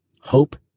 Hope